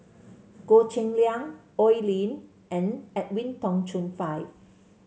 Goh Cheng Liang Oi Lin and Edwin Tong Chun Fai